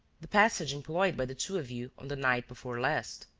the passage employed by the two of you on the night before last.